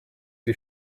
die